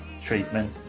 treatment